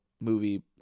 movie